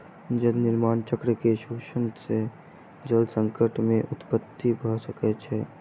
जल निर्माण चक्र के शोषण सॅ जल संकट के उत्पत्ति भ सकै छै